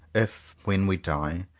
if when we die,